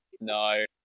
No